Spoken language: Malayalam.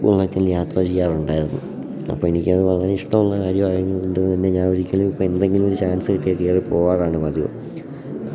ബുള്ളറ്റിൽ യാത്ര ചെയ്യാറുണ്ടായിരുന്നു അപ്പം എനിക്കത് വളരെ ഇഷ്ടമുള്ള കാര്യമായതുകൊണ്ട് തന്നെ ഞാൻ ഒരിക്കലും ഇപ്പം എന്തെങ്കിലു ഒരു ചാൻസ് കിട്ടിയാൽ കയറിപ്പോവാറാണ് പതിവ്